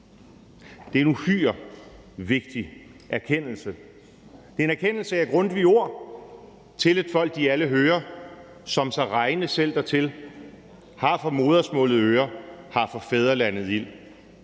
Det er en uhyre vigtig erkendelse. Det er en erkendelse af Grundtvigs ord: »Til et Folk de alle hører, som sig regne selv dertil, har for Modersmaalet Øre, Har for Fædrelandet Ild.«